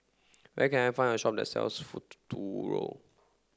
where can I find a shop that sells Futuro